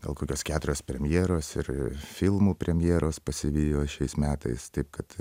gal kokios keturios premjeros ir ir filmų premjeros pasivijo šiais metais taip kad